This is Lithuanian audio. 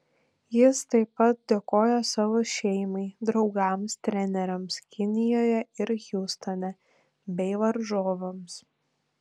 jis taip pat dėkojo savo šeimai draugams treneriams kinijoje ir hjustone bei varžovams